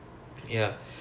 okay